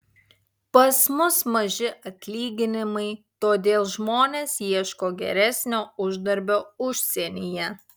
pas mus maži atlyginimai todėl žmonės ieško geresnio uždarbio užsienyje